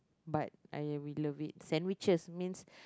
but I we love it sandwiches means